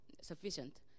sufficient